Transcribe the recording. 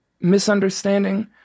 misunderstanding